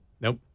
Nope